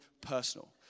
personal